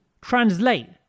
translate